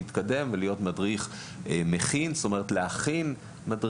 להתקדם ולהיות מדריכים שמכינים מדריכים,